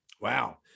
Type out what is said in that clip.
Wow